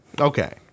Okay